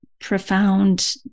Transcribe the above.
profound